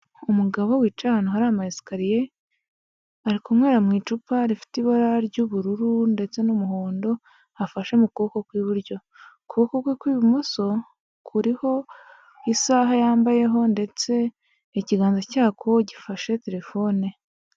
Umugabo wicaye ahantu hari amayesikariye, ari kunywera mu icupa rifite ibara ry'ubururu ndetse n'umuhondo afashe mu kuboko kw'iburyo, ukuboko kwe kw'ibumoso kuriho isaha yambayeho ndetse ikiganza cyako gifashe telefone.